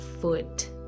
foot